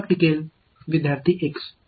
எனவே எந்த ஒரு கூறு நீடித்து இருக்கும்